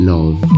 Love